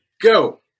Go